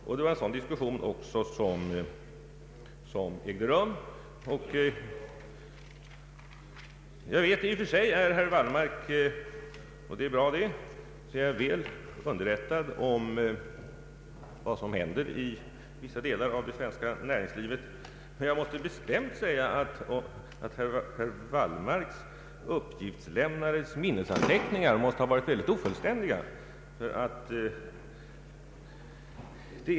Det var också en sådan diskussion som ägde rum, och jag vet att i och för sig är herr Wailmark väl underrättad om vad som händer i vissa delar av det svenska näringslivet, — och det är ju bra — men jag måste bestämt säga att herr Wallmarks uppgiftslämnares minnesanteckningar måste ha varit väldigt ofullständiga.